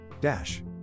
Dash